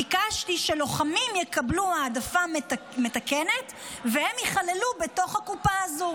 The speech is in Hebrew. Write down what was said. ביקשתי שלוחמים יקבלו העדפה מתקנת והם ייכללו בתוך הקופה הזו.